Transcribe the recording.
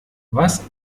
was